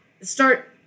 start